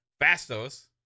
Bastos